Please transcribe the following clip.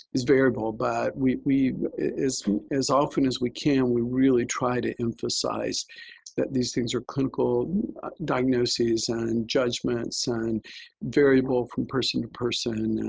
is variable. but we we as often as we can, we really try to emphasize that these things are clinical diagnoses and judgments and variable from person to person